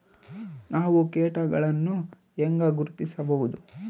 ನಾವು ಕೇಟಗಳನ್ನು ಹೆಂಗ ಗುರ್ತಿಸಬಹುದು?